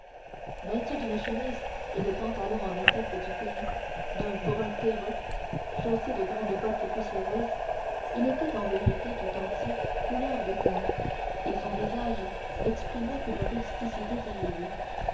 vêtu d'une chemise et de pantalons en étoffe du pays d'un brun terreux chaussé de grandes bottes poussiéreuses il était en vérité tout entier couleur de terre et son visage n'exprimait qu'une rusticité terrible